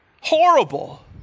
Horrible